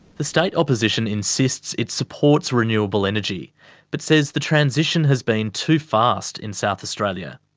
the state opposition insists it supports renewable energy but says the transition has been too fast in south australia.